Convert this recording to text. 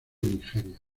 nigeria